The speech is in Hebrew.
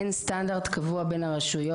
אין סטנדרט קבוע בין הרשויות.